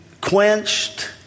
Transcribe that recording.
quenched